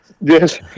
Yes